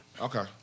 Okay